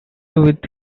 with